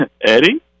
Eddie